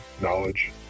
Knowledge